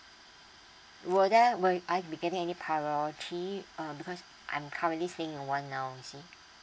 will there will I be getting any priority uh because I'm currently staying in one now you see